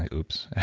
ah oops.